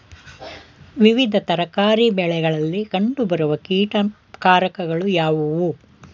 ವಿವಿಧ ತರಕಾರಿ ಬೆಳೆಗಳಲ್ಲಿ ಕಂಡು ಬರುವ ಕೀಟಕಾರಕಗಳು ಯಾವುವು?